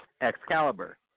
Excalibur